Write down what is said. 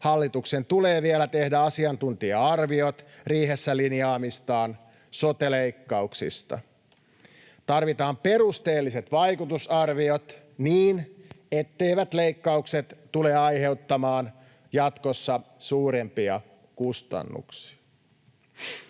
hallituksen tulee vielä tehdä asiantuntija-arviot riihessä linjaamistaan sote-leikkauksista. Tarvitaan perusteelliset vaikutusarviot, niin etteivät leikkaukset tulevat aiheuttamaan jatkossa suurempia kustannuksia.